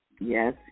Yes